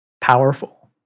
powerful